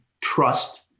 trust